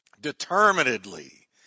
determinedly